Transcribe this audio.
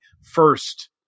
first